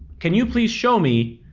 can you please show me,